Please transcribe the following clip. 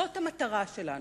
זו המטרה שלנו.